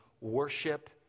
worship